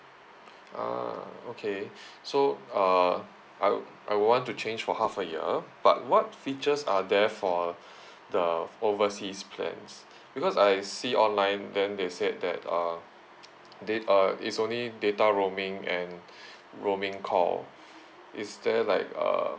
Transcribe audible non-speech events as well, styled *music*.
ah okay *breath* so uh I'd I want to change for half a year but what features are there for the overseas plans because I see online then they said that uh dat~ uh is only data roaming and *breath* roaming call is there like a